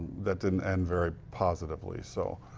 that didn't end very positively. so